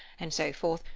and so forth,